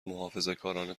محافظهکارانه